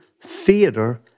theater